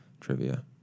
Trivia